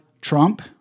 Trump